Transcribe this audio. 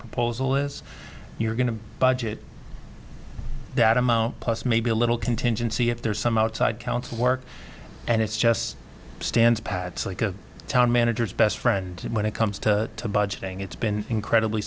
proposal is you're going to budget that amount plus maybe a little content and see if there's some outside council work and it's just stand pat like a town manager's best friend when it comes to the budgeting it's been incredibly